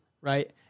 right